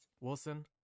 Wilson